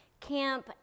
camp